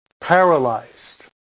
paralyzed